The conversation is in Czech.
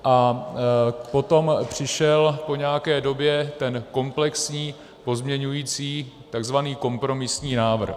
A potom přišel, po nějaké době, ten komplexní pozměňující, tzv. kompromisní návrh.